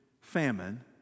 famine